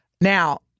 Now